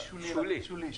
הוא שולי.